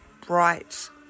bright